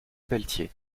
pelletier